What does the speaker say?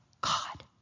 God